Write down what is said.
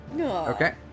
Okay